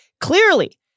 Clearly